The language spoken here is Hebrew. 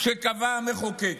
שקבע המחוקק.